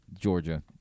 Georgia